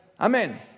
Amen